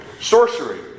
Sorcery